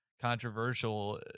controversial